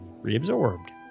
reabsorbed